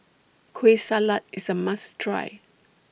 Kueh Salat IS A must Try